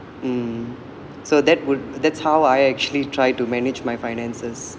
mm so that would that's how I actually tried to manage my finances